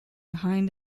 behind